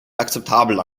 akzeptabel